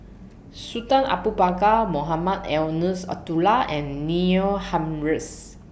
Sultan Abu Bakar Mohamed Eunos Abdullah and Neil Humphreys